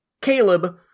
Caleb